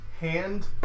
hand